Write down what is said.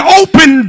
open